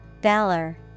Valor